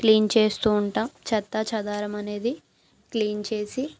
clean చేస్తూ ఉంటాం చెత్తాచెదారం అనేది క్లీన్ చేసి